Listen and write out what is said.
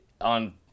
on